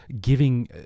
giving